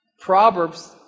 Proverbs